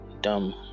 dumb